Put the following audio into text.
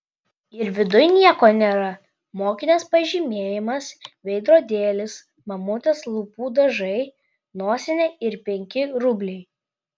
ir viduj nieko nėra mokinės pažymėjimas veidrodėlis mamutės lūpų dažai nosinė ir penki rubliai